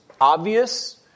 obvious